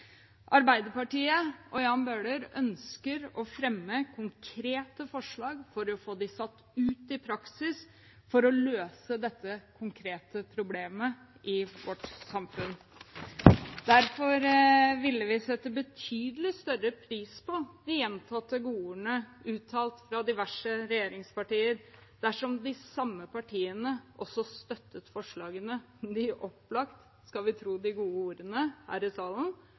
Arbeiderpartiet og Jan Bøhler ønsker å fremme konkrete forslag og få dem iverksatt i praksis for å løse dette konkrete problemet i vårt samfunn. Derfor ville vi satt betydelig større pris på de gjentatte gode ordene uttalt fra diverse regjeringspartier dersom de samme partiene støttet forslagene de opplagt – skal vi tro de gode ordene her i salen